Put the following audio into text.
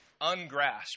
ungrasp